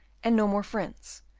and no more friends,